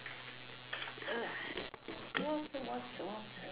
water water water